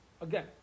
Again